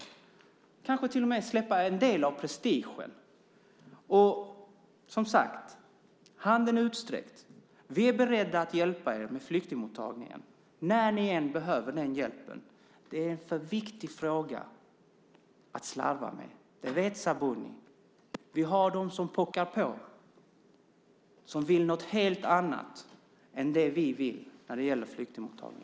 Kanske kan ministern till och med släppa en del av prestigen. Handen är som sagt utsträckt. Vi är beredda att hjälpa er med flyktingmottagningen när ni än behöver den hjälpen. Det är en för viktig fråga att slarva med. Det vet Sabuni. Vi har de som pockar på, som vill något helt annat än det vi vill när det gäller flyktingmottagning.